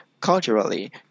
culturally